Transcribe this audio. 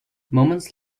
moments